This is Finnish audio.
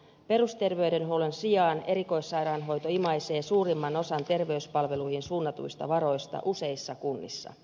perusterveydenhuollon sijaan erikoissairaanhoito imaisee suurimman osan terveyspalveluihin suunnatuista varoista useissa kunnissa